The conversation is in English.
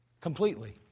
completely